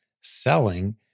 selling